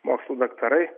mokslų daktarai